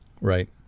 Right